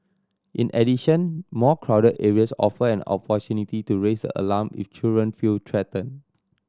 in addition more crowded areas offer an opportunity to raise the alarm if children feel threatened